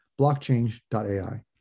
blockchain.ai